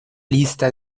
lista